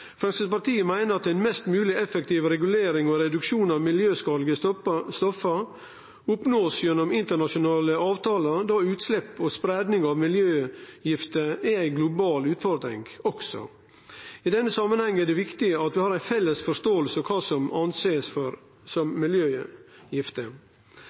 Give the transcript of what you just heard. Framstegspartiet meiner at ei mest mogleg effektiv regulering og ein reduksjon av miljøskadelege stoff oppnår ein gjennom internasjonale avtalar, då utslepp og spreiing av miljøgifter også er ei global utfordring. I denne samanhengen er det viktig at vi har ei felles forståing av kva ein ser på som